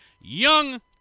young